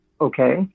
Okay